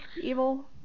Evil